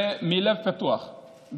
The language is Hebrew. ומלב פתוח.